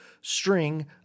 string